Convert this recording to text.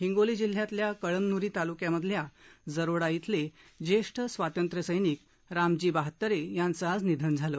हिंगोली जिल्ह्यातल्या कळमनुरी तालुक्यामधल्या जरोडा इथले ज्येष्ठ स्वातंत्र्यसरिक रामजी बाहत्तरे यांचं आज निधन झालं